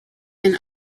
and